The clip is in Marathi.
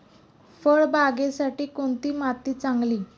फळबागेसाठी कोणती माती चांगली?